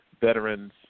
veterans